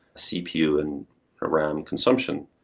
cpu and around consumption.